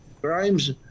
crimes